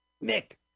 Nick